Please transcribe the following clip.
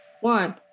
one